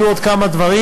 כי היו עוד כמה דברים,